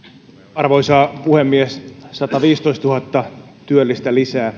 arvoisa puhemies sataviisitoistatuhatta työllistä lisää